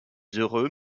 heureux